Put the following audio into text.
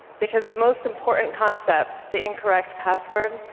because the most important concept, the incorrect password,